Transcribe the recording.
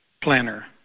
planner